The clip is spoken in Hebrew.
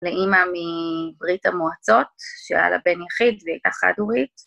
לאימא מברית המועצות, שהיה לה בן יחיד והיא הייתה חד הורית.